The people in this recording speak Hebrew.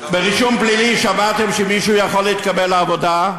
עם רישום פלילי, שמעתם שמישהו יכול להתקבל לעבודה?